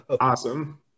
awesome